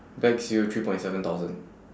bags you three point seven thousand